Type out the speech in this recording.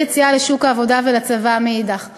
יציאה לשוק העבודה ולצבא מאידך גיסא.